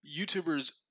YouTubers